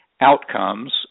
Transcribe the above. outcomes